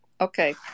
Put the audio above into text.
Okay